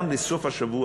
גם בסוף השבוע,